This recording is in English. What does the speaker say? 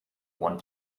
one